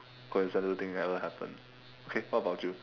coincidental think that ever happened okay what about you